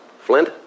Flint